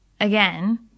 again